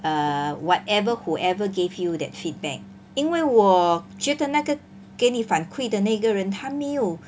err whatever whoever gave you that feedback 因为我觉得那个给你反馈的那一个人他没有